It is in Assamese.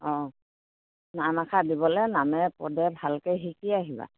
অঁ নাম এষাৰ দিবলে নামে পদে ভালকে শিকি আহিবা